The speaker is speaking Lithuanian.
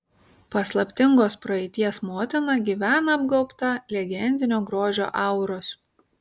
paslaptingos praeities motina gyvena apgaubta legendinio grožio auros